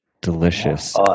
delicious